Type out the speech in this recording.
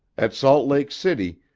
at salt lake city,